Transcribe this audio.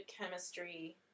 chemistry